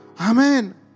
Amen